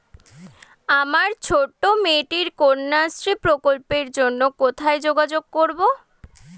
আমার ছোট্ট মেয়েটির কন্যাশ্রী প্রকল্পের জন্য কোথায় যোগাযোগ করব?